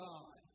God